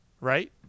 right